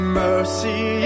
mercy